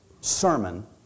sermon